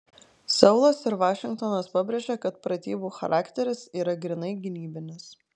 seulas ir vašingtonas pabrėžė kad pratybų charakteris yra grynai gynybinis